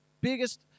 biggest